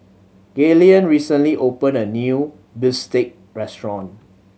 Gaylen recently opened a new bistake restaurant